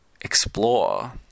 explore